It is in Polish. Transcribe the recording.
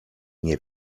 nie